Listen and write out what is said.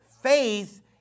Faith